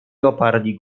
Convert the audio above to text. oparli